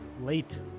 Late